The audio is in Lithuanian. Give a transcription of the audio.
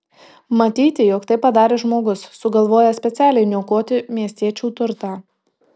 matyti jog tai padarė žmogus sugalvojęs specialiai niokoti miestiečių turtą